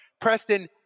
Preston